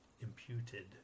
imputed